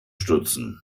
stützen